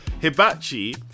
Hibachi